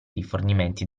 rifornimenti